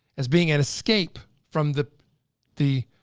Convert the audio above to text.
as being an escape from the the